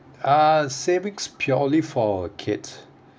uh savings purely for kids